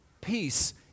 Peace